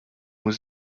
was